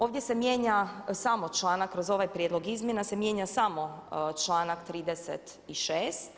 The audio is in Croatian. Ovdje se mijenja samo članak kroz ovaj prijedlog izmjena se mijenja samo članak 36.